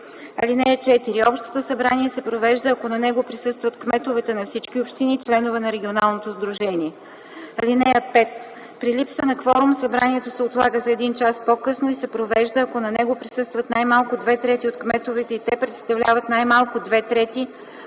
водите. (4) Общото събрание се провежда, ако на него присъстват кметовете на всички общини, членове на регионалното сдружение. (5) При липса на кворум събранието се отлага за един час по-късно и се провежда, ако на него присъстват най-малко две трети от кметовете и те представляват най-малко две трети